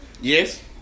Yes